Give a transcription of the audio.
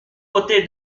côté